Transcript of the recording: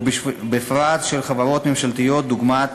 ובפרט של חברות ממשלתיות דוגמת